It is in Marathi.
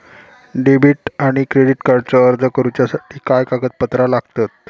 डेबिट आणि क्रेडिट कार्डचो अर्ज करुच्यासाठी काय कागदपत्र लागतत?